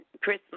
Chris